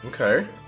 Okay